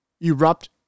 Erupt